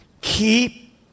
keep